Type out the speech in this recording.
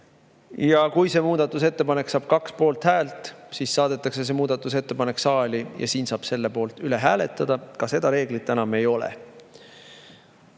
ja kui see muudatusettepanek saab kaks poolthäält, siis saadetakse see muudatusettepanek saali ja siin saab selle üle hääletada, enam ei ole.